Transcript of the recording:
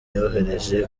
yohereje